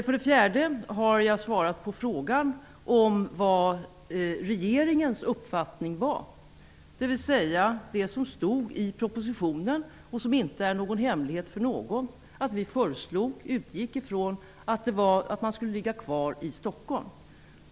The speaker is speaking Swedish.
För det fjärde har jag svarat på frågan om vilken regeringens uppfattning var, dvs. det som stod i propositionen och som inte är någon hemlighet för någon, nämligen att vi föreslog och utgick ifrån att de skulle ligga kvar i Stockholm.